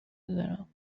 دارم